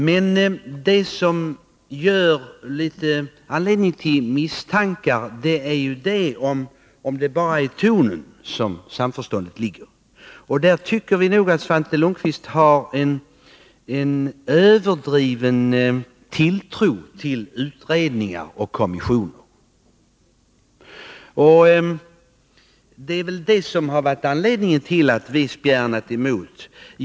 Men det finns anledning misstänka att det är bara i tonen som samförståndet ligger. Vi tycker nog att Svante Lundkvist har en överdriven tilltro till utredningar och kommissioner, och det är väl detta som varit skälet till att vi spjärnat emot.